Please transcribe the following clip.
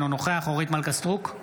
אינו נוכח אורית מלכה סטרוק,